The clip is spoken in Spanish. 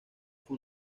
fue